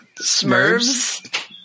Smurfs